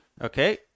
Okay